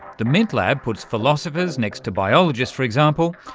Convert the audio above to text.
the mint lab puts philosophers next to biologists, for example,